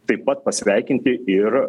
taip pat pasveikinti ir